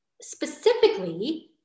specifically